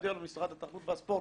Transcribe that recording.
יודיע משרד התרבות והספורט